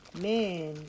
Men